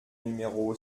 numéro